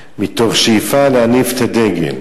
מתוך שאיפה להניף את הדגל,